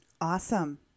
Awesome